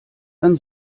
dann